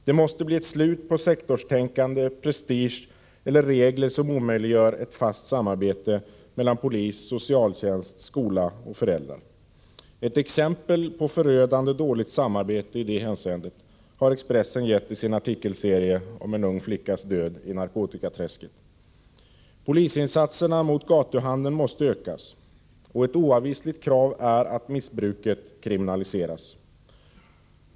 Det måste bli ett slut på sektorstänkande, prestige och regler som omöjliggör ett fast samarbete mellan polis, socialtjänst, skola och föräldrar. Ett exempel på förödande dåligt samarbete i detta hänseende har Expressen gett i sin artikelserie om en ung flickas död i narkotikaträsket. Polisinsatserna mot gatuhandeln måste ökas, och ett oavvisligt krav är att missbruket kriminaliseras.